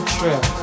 trip